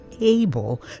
able